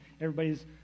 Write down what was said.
everybody's